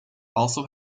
also